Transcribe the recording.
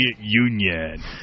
Union